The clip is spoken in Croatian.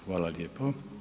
Hvala lijepo.